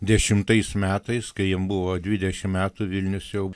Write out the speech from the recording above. dešimtais metais kai jiem buvo dvidešim metų vilnius jau